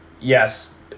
Yes